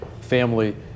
family